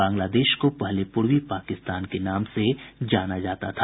बांग्लादेश को पहले पूर्वी पाकिस्तान के नाम से जाना जाता था